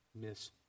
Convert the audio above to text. miss